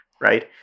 right